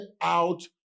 out